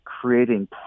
creating